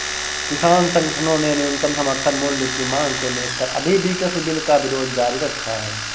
किसान संगठनों ने न्यूनतम समर्थन मूल्य की मांग को लेकर अभी भी कृषि बिल का विरोध जारी रखा है